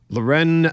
Loren